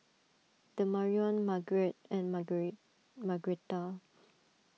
Demarion Margret and Margretta